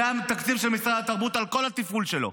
זה התקציב של משרד התרבות, על כל התפעול שלו.